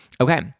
Okay